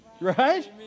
Right